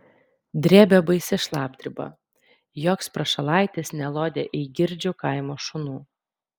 drėbė baisi šlapdriba joks prašalaitis nelodė eigirdžių kaimo šunų